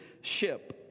ship